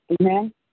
Amen